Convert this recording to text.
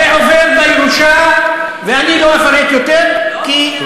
זה עובר בירושה, ואני לא אפרט יותר, לא סותר.